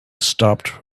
stopped